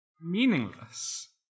Meaningless